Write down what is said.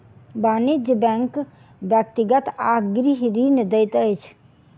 वाणिज्य बैंक व्यक्तिगत आ गृह ऋण दैत अछि